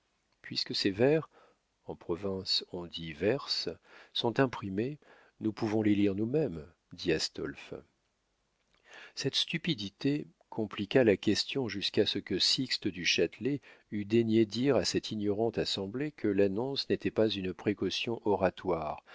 puisque ses vers en province on nomme verse sont imprimés nous pouvons les lire nous-mêmes dit astolphe cette stupidité compliqua la question jusqu'à ce que sixte du châtelet eût daigné dire à cette ignorante assemblée que l'annonce n'était pas une précaution oratoire